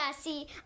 see